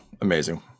Amazing